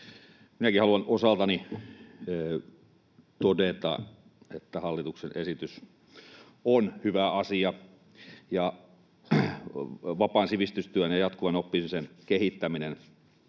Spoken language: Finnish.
Minäkin haluan osaltani todeta, että hallituksen esitys on hyvä asia. Vapaan sivistystyön ja jatkuvan oppimisen kehittäminen